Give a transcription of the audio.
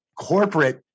corporate